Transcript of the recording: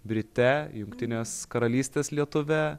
brite jungtinės karalystės lietuve